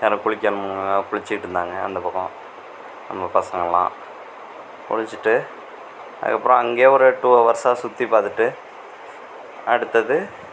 யாராவது குளிக்கணும் குளிச்சுகிட்டு இருந்தாங்க அந்த பக்கம் நம்ம பசங்களெல்லாம் குளிச்சுட்டு அதுக்கு அப்புறம் அங்கேயே ஒரு டூ ஹவர்ஸாக சுற்றி பார்த்துட்டு அடுத்தது